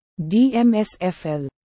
DMSFL